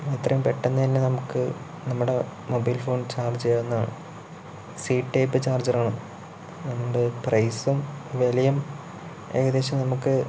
എത്രയും പെട്ടന്നുതന്നെ നമുക്ക് നമ്മുടെ മൊബൈൽഫോൺ ചാർജ് ചെയ്യാവുന്നതാണ് സീ ടൈപ്പ് ചാർജ്ജറാണ് അതുകൊണ്ട് പ്രൈസും വിലയും ഏകദേശം നമുക്ക്